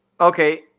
Okay